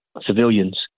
civilians